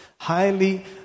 Highly